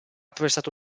prestato